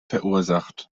verursacht